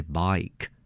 bike